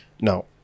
Now